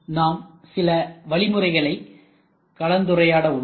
நாம் சில வழிமுறைகளை கலந்துரையாட உள்ளோம்